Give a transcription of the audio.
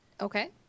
Okay